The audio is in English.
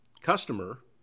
customer